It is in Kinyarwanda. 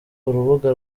urubuga